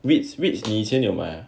REITs REITs 你以前有买